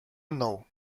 mną